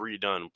redone